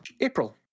April